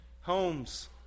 homes